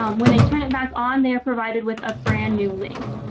um when they turn it back on they are provided with a brand new link.